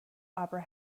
opera